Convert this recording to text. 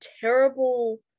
terrible